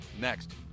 next